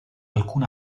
alcun